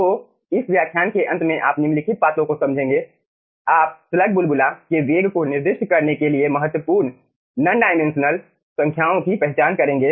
तो इस व्याख्यान के अंत में आप निम्नलिखित बातों को समझेंगे आप स्लग बुलबुला के वेग को निर्दिष्ट करने के लिए महत्वपूर्ण नॉन डायमेंशनल संख्याओं की पहचान करेंगे